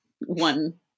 one